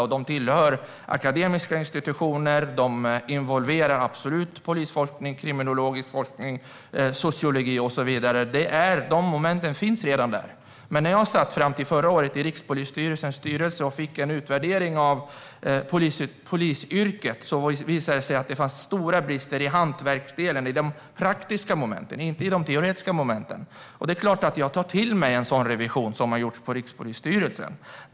Utbildningarna tillhör akademiska institutioner och involverar absolut polisforskning, kriminologisk forskning, sociologi och så vidare. Dessa moment finns redan. Men när jag fram till förra året satt i Rikspolisstyrelsens styrelse och fick en utvärdering av polisyrket visade det sig att det fanns stora brister i hantverksdelen. Det handlade om de praktiska momenten, inte de teoretiska. Det är klart att jag tar till mig en sådan revision, som har gjorts på Rikspolisstyrelsen.